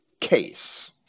case